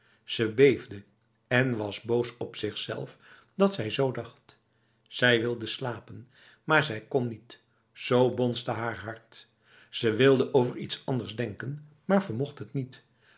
ze beefde en was boos op zichzelf dat zij zoo dacht zij wilde slapen maar zij kon niet zoo bonsde haar hart zij wilde over iets anders denken maar vermocht het niet